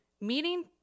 meeting